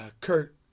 Kurt